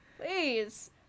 Please